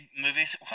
movies